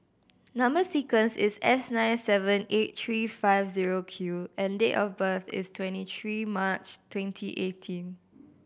number sequence is S nine seven eight three five zero Q and date of birth is twenty three March twenty eighteen